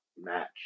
match